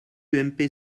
ump